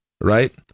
right